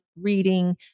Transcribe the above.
reading